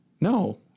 No